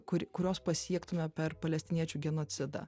kuri kurios pasiektume per palestiniečių genocidą